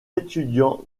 étudiant